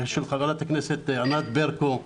של חברת הכנסת ענת ברקו,